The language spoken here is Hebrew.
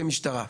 שלי כמשטרה.